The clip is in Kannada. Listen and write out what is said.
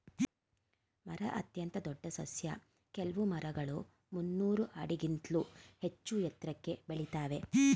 ಮರ ಅತ್ಯಂತ ದೊಡ್ ಸಸ್ಯ ಕೆಲ್ವು ಮರಗಳು ಮುನ್ನೂರ್ ಆಡಿಗಿಂತ್ಲೂ ಹೆಚ್ಚೂ ಎತ್ರಕ್ಕೆ ಬೆಳಿತಾವೇ